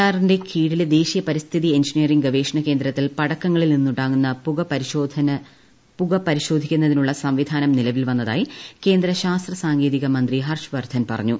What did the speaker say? ആറിന്റെ കീഴിലെ ദേശീയ പരിസ്ഥിതി എഞ്ചിനീയറിംഗ് ഗവേഷണ കേന്ദ്രത്തിൽ പടക്കങ്ങളിൽ നിന്നുണ്ടാകുന്ന പുക പരിശോധിക്കുന്നതിനുള്ള സംവിധാനം നിലവിൽ വന്നതായി കേന്ദ്ര ശാസ്ത്ര സാങ്കേതിക മന്ത്രി ഹർഷവർദ്ധൻ പറഞ്ഞു